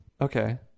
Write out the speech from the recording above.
okay